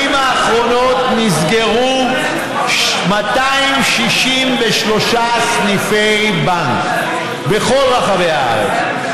האחרונות נסגרו 263 סניפי בנק בכל רחבי הארץ.